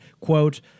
quote